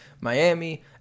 Miami